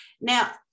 Now